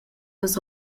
las